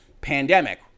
pandemic